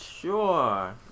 Sure